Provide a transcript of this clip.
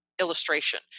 illustration